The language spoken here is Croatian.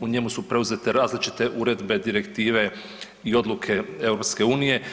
U njemu su preuzete različite uredbe, direktive i odluke EU.